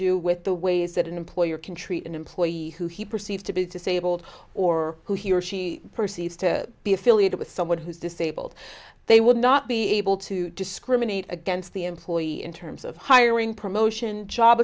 do with the ways that an employer can treat an employee who he perceives to be disabled or who he or she perceives to be affiliated with someone who's disabled they would not be able to discriminate against the employee in terms of hiring promotion job